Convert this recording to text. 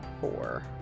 four